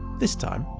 this time,